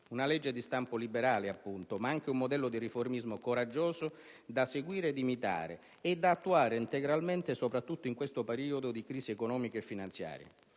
una legge di stampo liberale, appunto, ma anche un modello di riformismo coraggioso da seguire, da imitare e da attuare integralmente soprattutto in questo periodo di crisi economica e finanziaria.